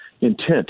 Intent